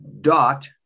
dot